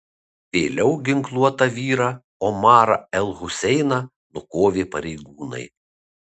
vėliau ginkluotą vyrą omarą el huseiną nukovė pareigūnai